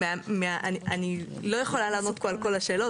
אני לא יכולה לענות פה על כל השאלות.